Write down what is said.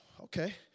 okay